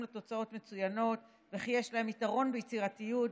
לתוצאות מצוינות וכי יש להם יתרון ביצירתיות,